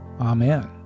Amen